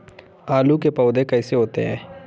आलू के पौधे कैसे होते हैं?